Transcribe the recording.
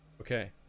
Okay